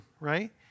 right